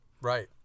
Right